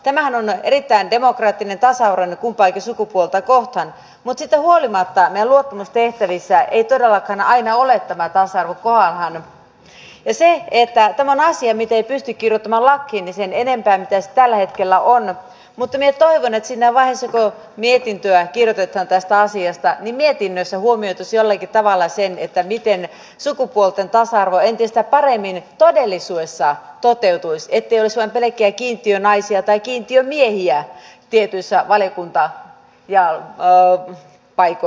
tämähän on erittäin demokraattinen ja tasa arvoinen kumpaakin sukupuolta kohtaan mutta siitä huolimatta meidän luottamustehtävissä ei todellakaan aina ole tasa arvo kohdallaan ja tämä on asia mitä ei pysty kirjoittamaan lakiin sen enempää kuin se tällä hetkellä on mutta minä toivon että siinä vaiheessa kun mietintöä kirjoitetaan tästä asiasta mietinnössä huomioitaisiin jollakin tavalla se miten sukupuolten tasa arvo entistä paremmin todellisuudessa toteutuisi ettei olisi pelkkiä kiintiönaisia tai kiintiömiehiä tietyissä valiokuntapaikoissa